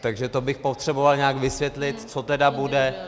Takže to bych potřebovat nějak vysvětlit, co tedy bude.